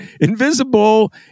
Invisible